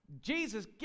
Jesus